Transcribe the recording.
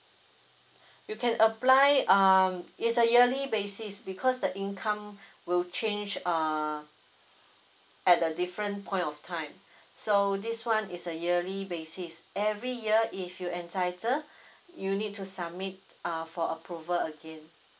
you can apply um it's a yearly basis because the income will change err at the different point of time so this one is a yearly basis every year if you entitled you need to submit err for approval again